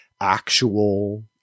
actual